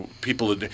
people